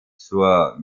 zur